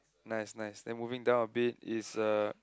nice nice then moving down a bit it's a